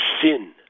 sin